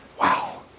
Wow